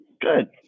Good